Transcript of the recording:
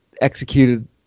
executed